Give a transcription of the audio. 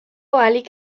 ahalik